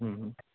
हं हं